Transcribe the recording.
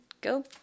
go